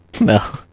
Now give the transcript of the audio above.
No